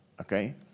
okay